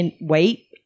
wait